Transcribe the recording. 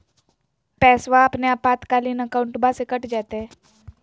पैस्वा अपने आपातकालीन अकाउंटबा से कट जयते?